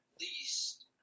least